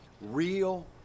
Real